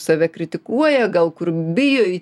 save kritikuoja gal kur bijo